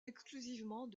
exclusivement